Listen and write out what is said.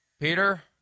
Peter